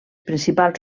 principals